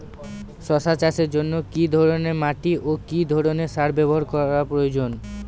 শশা চাষের জন্য কি ধরণের মাটি ও কি ধরণের সার ব্যাবহার করা প্রয়োজন?